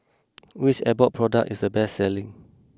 which Abbott product is the best selling